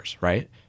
right